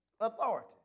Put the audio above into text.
authority